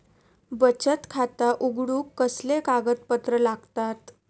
बचत खाता उघडूक कसले कागदपत्र लागतत?